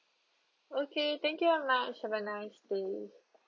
okay thank you very much have a nice day